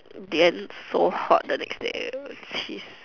then so hot the next day which is